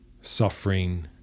suffering